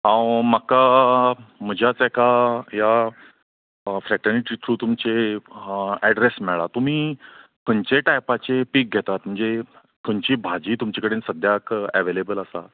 हांव म्हाका म्हजाच एका या फ्रेटर्नीटी थ्रू तुमचे ऍड्रेस मेळ्ळा तुमी खंयचे टायपाचें पीक घेतात म्हणजे खंयची भाजी तुमचे कडेन सद्द्याक ऍव्हेलेबल आसा